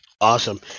Awesome